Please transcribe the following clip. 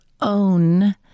own